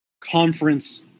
conference